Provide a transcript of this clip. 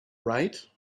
right